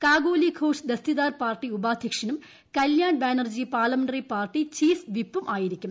Kakoli Ghosh Dastidar party ഉപാധ്യക്ഷനും Kalyan Banerjee parliamentary party chief വിപ്പും ആയിരിക്കും